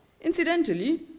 Incidentally